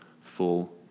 full